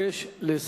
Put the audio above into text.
אני מבקש לסיים.